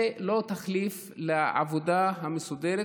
זה לא תחליף לעבודה המסודרת.